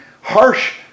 harsh